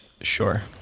Sure